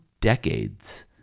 decades